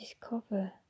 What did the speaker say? discover